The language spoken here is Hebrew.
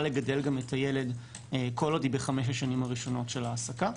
לגדל גם את הילד כל עוד היא ב-5 השנים הראשונות של ההעסקה.